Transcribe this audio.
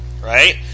right